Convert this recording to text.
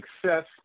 success